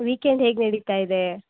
weekend ಹೇಗೆ ನಡೀತಾ ಇದೆ